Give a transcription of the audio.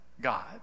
God